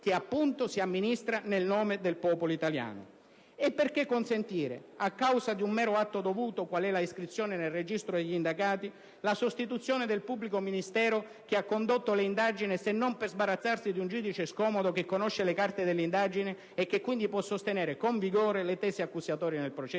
che appunto si amministra nel nome del popolo italiano? E perché consentire, a causa di un mero atto dovuto qual è l'iscrizione nel registro degli indagati, la sostituzione del pubblico ministero che ha condotto le indagini se non per sbarazzarsi di un giudice scomodo che conosce le carte dell'indagine e che quindi può sostenere con vigore le tesi accusatorie nel processo?